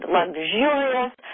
luxurious